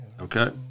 Okay